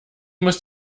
muss